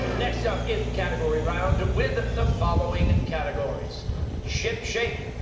next up is the category round, with the following categories ship shape,